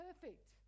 perfect